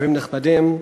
שרים נכבדים,